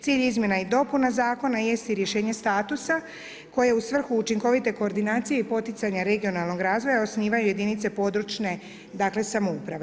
Cilj izmjena i dopuna zakona jest i rješenje statusa koje u svrhu učinkovite koordinacije i poticanje regionalnog razvoja osnivaju jedinice područne dakle, samouprave.